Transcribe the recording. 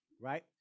right